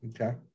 Okay